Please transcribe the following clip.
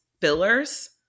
fillers